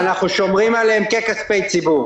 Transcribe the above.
ואנחנו שומרים עליהם ככספי ציבור.